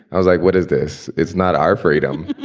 i was like, what is this? it's not our freedom.